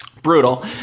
Brutal